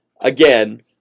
again